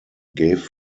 gave